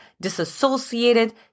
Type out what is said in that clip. disassociated